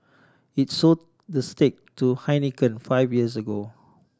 it sold the stake to Heineken five years ago